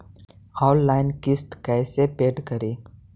Online किस्त कैसे paid करि?